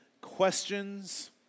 questions